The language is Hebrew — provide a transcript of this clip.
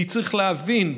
כי צריך להבין,